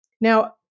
Now